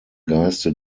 geiste